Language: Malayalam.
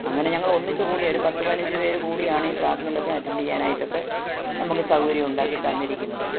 അങ്ങനെ ഞങ്ങൾ ഒന്നിച്ച് കൂടി ഒരു പത്ത് പതിനഞ്ച് പേർ കൂടിയാണ് ഈ ക്ലാസുകളിലൊക്കെ അറ്റെൻഡ് ചെയ്യാനായിട്ടൊക്കെ നമുക്ക് സൗകര്യം ഉണ്ടാക്കി തന്നിരിക്കുന്നത്